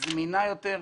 זמינה יותר,